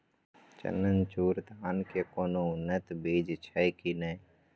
चननचूर धान के कोनो उन्नत बीज छै कि नय?